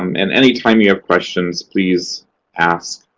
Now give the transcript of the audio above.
um and anytime you have questions, please ask.